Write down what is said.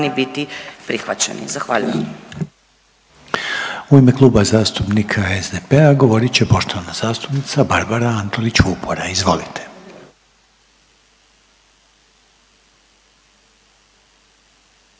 biti prihvaćeni. Zahvaljujem.